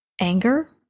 Anger